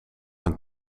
een